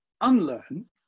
unlearn